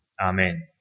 Amen